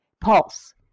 Pulse